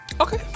Okay